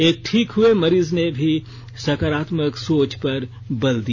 एक ठी हुए मरीज ने भी सकारात्मक सोच पर बल दिया